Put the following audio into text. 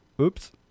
Oops